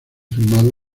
filmado